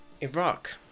Iraq